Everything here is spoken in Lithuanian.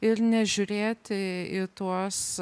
ir nežiūrėti į tuos